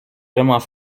vraiment